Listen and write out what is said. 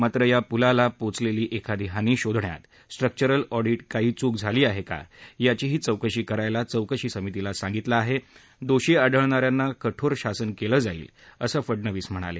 मात्र या पुलाला पोचलेली एखादी हानी शोधण्यात स्ट्रक्चरल ऑडीटमधे काही चुक झाली आहे का याचीही चौकशी करायला चौकशी समितीला सांगितलं आहे दोषी आढळणा यांना कठोर शासन केलं जाईल असं फडनवीस म्हणाले